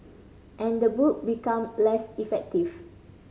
and the book become less effective